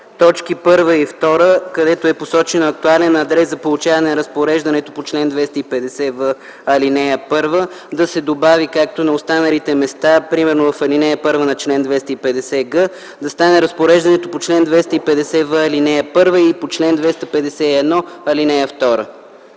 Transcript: точки 1 и 2, където е посочен актуален адрес за получаване разпореждането по чл. 250в, ал. 1, да се добави, както на останалите места, примерно в ал. 1 на чл. 250 г, да стане „разпореждането по чл. 250в, ал. 1 и по чл. 251, ал. 2”.